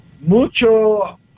mucho